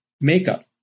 makeup